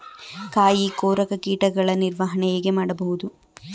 ಕಾಯಿ ಕೊರಕ ಕೀಟಗಳ ನಿರ್ವಹಣೆ ಹೇಗೆ ಮಾಡಬಹುದು?